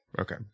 Okay